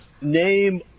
Name